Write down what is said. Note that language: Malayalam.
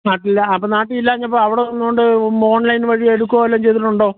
നാട്ടിലില്ല അപ്പോൾ നാട്ടിൽ ഇല്ലാത്തപ്പോൾ അവിടെ നിന്നുകൊണ്ട് ഓൺലൈൻ വഴി എടുക്കുകയോ വല്ലതും ചെയ്തിട്ടുണ്ടോ